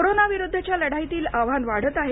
कोरोनाविरुद्धच्या लढाईतील आव्हान वाढत आहे